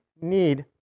need